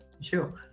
Sure